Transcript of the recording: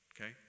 Okay